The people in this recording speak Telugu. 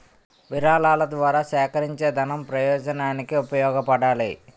విరాళాల ద్వారా సేకరించేదనం ప్రజోపయోగానికి ఉపయోగపడాలి